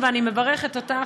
ואני מברכת אותך,